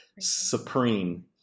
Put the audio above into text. Supreme